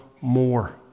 more